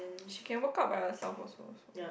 she can work out by herself also also